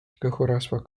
kõhurasva